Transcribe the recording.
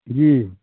जी